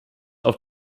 auf